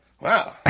wow